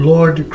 Lord